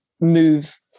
move